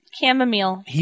chamomile